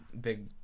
big